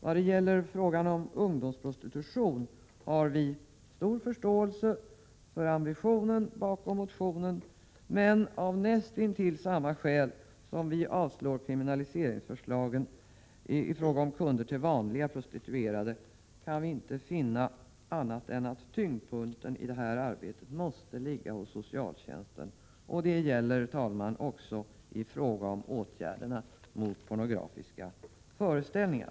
När det gäller frågan om ungdomsprostitution har vi stor förståelse för ambitionen bakom motionen, men vi avstyrker den av näst intill samma skäl som vi avstyrker kriminaliseringsförslagen när det gäller kunder till vanliga prostituerade: Vi kan inte finna annat än att tyngdpunkten i arbetet måste ligga hos socialtjänsten. Det gäller, herr talman, också i fråga om åtgärderna mot pornografiska föreställningar.